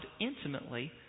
intimately